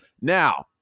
Now